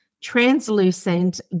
translucent